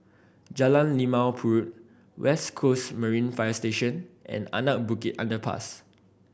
Jalan Limau Purut West Coast Marine Fire Station and Anak Bukit Underpass